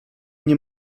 nie